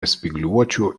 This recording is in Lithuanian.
spygliuočių